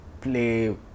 play